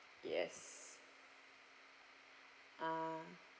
yes ah